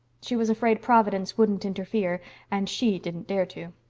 she was afraid providence wouldn't interfere and she didn't dare to.